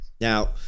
Now